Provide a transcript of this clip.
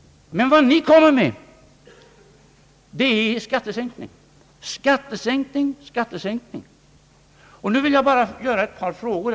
Men vad ni kommer med är skattesänkning, skattesänkning, skattesänkning. Och nu vill jag ställa ett par frågor.